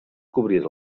cobrir